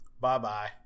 Bye-bye